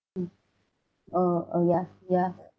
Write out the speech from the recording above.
mm oh yeah yeah